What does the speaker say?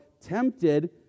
tempted